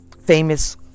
famous